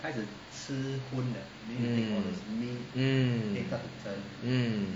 mm mm mm